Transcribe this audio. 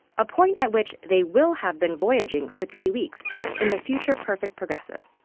a point at which they will have been voyaging for three weeks in the future perfect progressive.